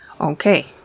Okay